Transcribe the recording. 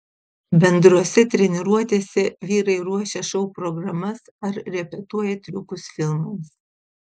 bendrose treniruotėse vyrai ruošia šou programas ar repetuoja triukus filmams